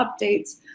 updates